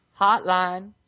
Hotline